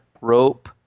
rope